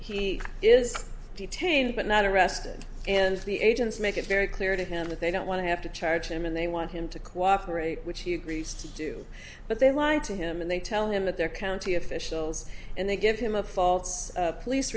he is detained but not arrested and the agents make it very clear to him that they don't want to have to charge him and they want him to cooperate which he agrees to do but they lied to him and they tell him that their county officials and they give him a false police